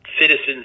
citizens